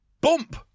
Bump